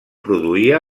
produïa